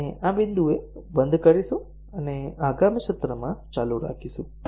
આપણે આ બિંદુએ બંધ કરીશું અને આગામી સત્રમાં ચાલુ રાખીશું